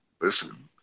listen